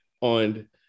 on